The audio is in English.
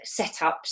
setups